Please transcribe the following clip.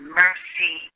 mercy